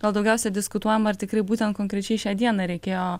gal daugiausia diskutuojama ar tikrai būtent konkrečiai šią dieną reikėjo